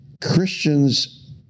Christians